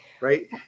right